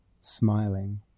smiling